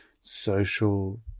social